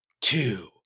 two